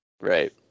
right